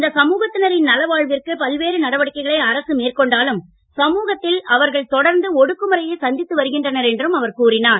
இந்த சமூகத்தினரின் நல்வாழ்விற்கு பல்வேறு நட அரசு மேற்கொண்டாலும் சமூகத்தில் அவர்கள் தொடர்ந்து ஒடுக்குமுறையை சந்தித்து வருகின்றனர் என்றும் கூறினார்